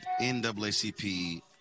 NAACP